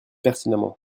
pertinemment